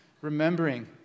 remembering